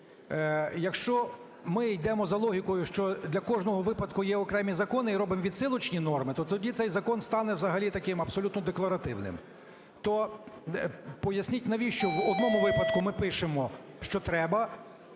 Якщо ми йдемо за логікою, що для кожного випадку є окремі закони і робимовідсилочні норми, то тоді цей закон стане взагалі таким абсолютно декларативним. То поясність, навіщо в одному випадку ми пишемо, що треба,